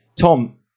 Tom